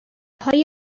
های